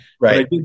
Right